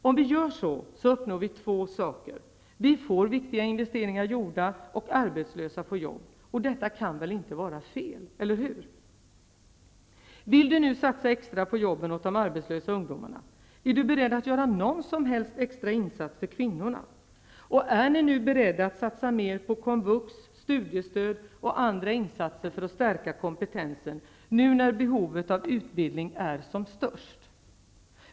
Om vi gör så, uppnår vi två saker. Vi får viktiga investeringar gjorda, och arbetslösa får jobb. Detta kan väl inte vara fel -- eller hur? Vill ni nu satsa extra på jobben åt de arbetslösa ungdomarna? Är ni beredd att göra någon som helst extra insats för kvinnorna? Är ni nu beredda att satsa mer på komvux, studiestöd och andra insatser för att stärka kompetensen, nu när behovet av utbildning är som störst?